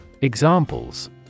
Examples